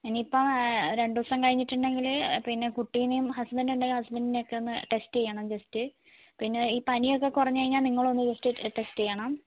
ഇനിയിപ്പം രണ്ടുദിവസം കഴിഞ്ഞിട്ടുണ്ടെങ്കിൽ പിന്നെ കുട്ടീനെയും ഹസ്ബൻഡ് ഉണ്ടെങ്കിൽ ഹസ്ബൻഡിനെയും ഒക്കെ ഒന്ന് ടെസ്റ്റ് ചെയ്യണം ജസ്റ്റ് പിന്നെ ഈ പനിയൊക്കെ കുറഞ്ഞു കഴിഞ്ഞാൽ നിങ്ങളൊന്ന് ജസ്റ്റ് ടെസ്റ്റ് ചെയ്യണം